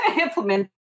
implement